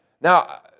Now